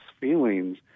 feelings